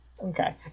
Okay